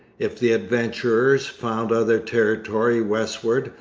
if the adventurers found other territory westward,